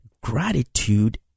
gratitude